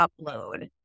upload